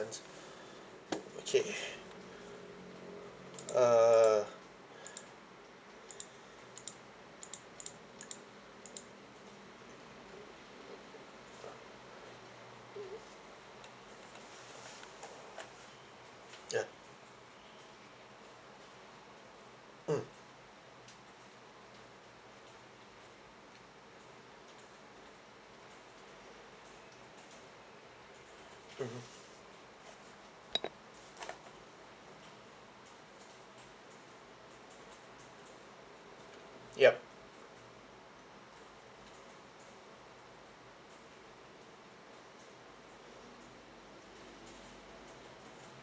okay uh ya mm mmhmm yup